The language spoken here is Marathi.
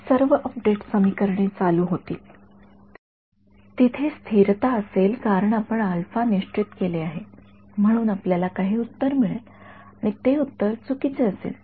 आपली सर्व अपडेट समीकरणे चालू होतील तेथे स्थिरता असेल कारण आपण अल्फा निश्चित केले आहे म्हणून आपल्याला काही उत्तर मिळेल आणि ते उत्तर चुकीचे असेल